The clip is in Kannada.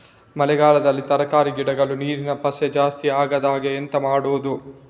ಮಳೆಗಾಲದಲ್ಲಿ ತರಕಾರಿ ಗಿಡಗಳು ನೀರಿನ ಪಸೆ ಜಾಸ್ತಿ ಆಗದಹಾಗೆ ಎಂತ ಮಾಡುದು?